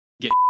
get